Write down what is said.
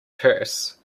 purse